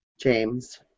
James